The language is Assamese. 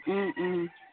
ও ও